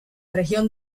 región